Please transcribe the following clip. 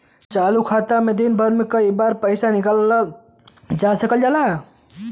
चालू खाता में दिन भर में कई बार पइसा निकालल जा सकल जाला